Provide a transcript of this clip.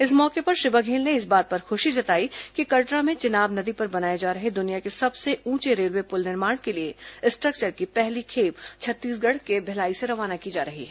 इस मौके पर श्री बघेल ने इस बात पर खुशी जताई कि कटरा में चिनाब नदी पर बनाए जा रहे दुनिया के सबसे ऊंचे रेलवे पुल निर्माण के लिए स्ट्रक्चर की पहली खेप छत्तीसगढ़ के भिलाई से रवाना की जा रही है